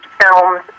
films